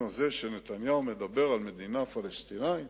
הזה שנתניהו מדבר על מדינה פלסטינית,